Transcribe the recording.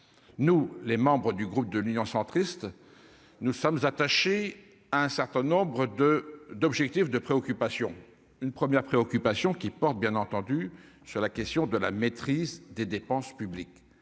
nous, les membres du groupe de l'Union centriste nous sommes attachés à un certain nombre de d'objectif de préoccupations une première préoccupation qui porte bien entendu sur la question de la maîtrise des dépenses publiques,